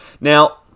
Now